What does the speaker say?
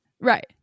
Right